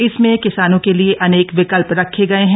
इसमें किसानों के लिए अनेक विकल्प रखे गये हैं